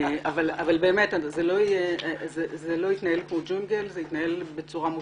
זה לא יתנהל כמו ג'ונגל,